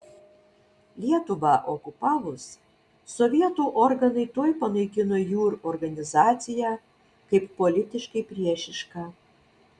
lietuvą okupavus sovietų organai tuoj panaikino jūr organizaciją kaip politiškai priešišką